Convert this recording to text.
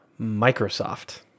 Microsoft